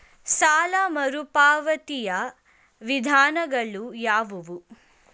ಸಾಲ ಮರುಪಾವತಿಯ ವಿಧಾನಗಳು ಯಾವುವು?